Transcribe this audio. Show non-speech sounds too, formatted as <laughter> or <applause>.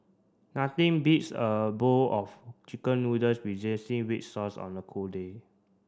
nothing beats a bowl of chicken noodles with <unintelligible> red sauce on a cold day